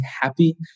happy